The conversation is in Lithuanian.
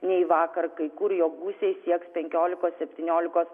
nei vakar kai kur jo gūsiai sieks penkiolikos septyniolikos